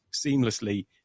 seamlessly